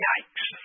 Yikes